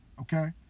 Okay